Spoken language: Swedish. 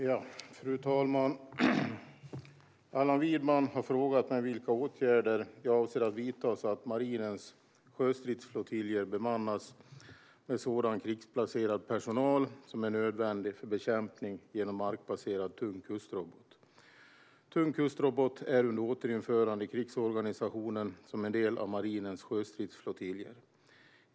Svar på interpellationer Fru talman! Allan Widman har frågat mig vilka åtgärder jag avser att vidta så att marinens sjöstridsflottiljer bemannas med sådan krigsplacerad personal som är nödvändig för bekämpning genom markbaserad tung kustrobot. Tung kustrobot är under återinförande i krigsorganisationen som en del av marinens sjöstridsflottiljer.